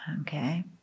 okay